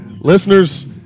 Listeners